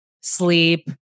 sleep